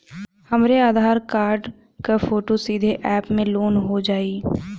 हमरे आधार कार्ड क फोटो सीधे यैप में लोनहो जाई?